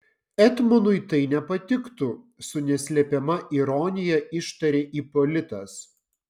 etmonui tai nepatiktų su neslepiama ironija ištarė ipolitas